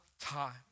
time